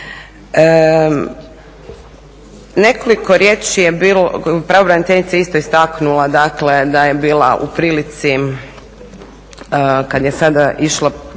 Nekoliko riječi je bilo, pravobraniteljica je isto istaknula dakle da je bila u prilici kad je sada išla